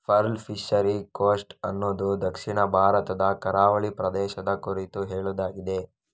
pearl fishery coast ಅನ್ನುದು ದಕ್ಷಿಣ ಭಾರತದ ಕರಾವಳಿ ಪ್ರದೇಶದ ಕುರಿತು ಹೇಳುದಾಗಿದೆ